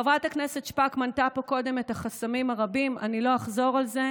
חברת הכנסת שפק מנתה פה קודם את החסמים הרבים ואני לא אחזור על זה.